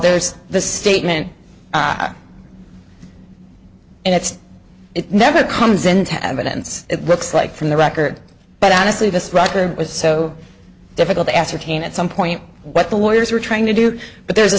there's the statement and it's it never comes into evidence it looks like from the record but honestly this record was so difficult to ascertain at some point what the lawyers were trying to do but there's a